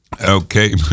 Okay